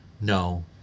no